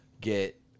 get